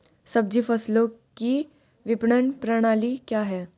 सब्जी फसलों की विपणन प्रणाली क्या है?